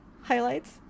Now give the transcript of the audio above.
highlights